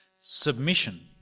Submission